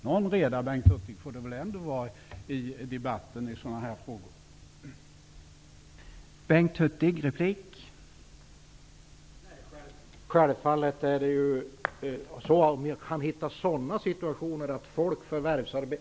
Någon reda får det väl ändå vara i debatten i sådana här frågor, Bengt Hurtig!